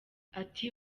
ati